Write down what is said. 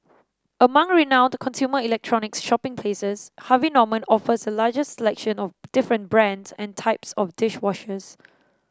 among renowned consumer electronics shopping places Harvey Norman offers a largest selection of different brands and types of dish washers